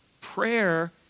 Prayer